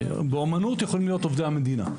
באומנות יכולים להיות עובדי מדינה.